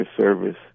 service